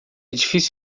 difícil